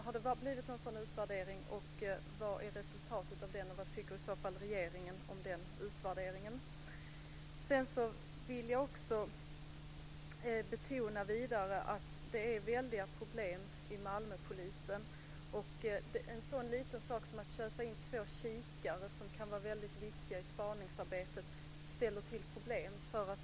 Har det blivit någon sådan utvärdering, och vad är resultatet av den? Jag vill vidare betona att det är väldiga problem i Malmöpolisen. En liten sak som att köpa in två kikare, som är viktiga i spaningsarbetet, ställer till problem.